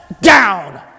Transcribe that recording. down